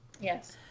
Yes